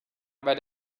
write